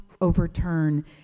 overturn